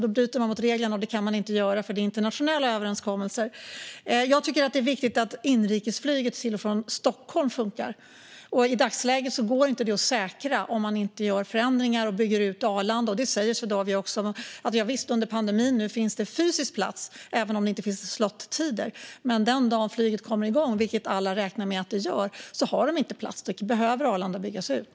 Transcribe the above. Då bryter man mot reglerna, och det kan man inte göra eftersom det är internationella överenskommelser. Jag tycker att det är viktigt att inrikesflyget till och från Stockholm funkar. I dagsläget går inte det att säkra om man inte gör förändringar och bygger ut Arlanda. Swedavia säger också att javisst, under pandemin finns det fysisk plats även om det inte finns slottider. Men den dagen flyget kommer igång igen, vilket alla räknar med att det gör, då finns det inte plats. Därför behöver Arlanda byggas ut.